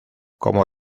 como